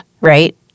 right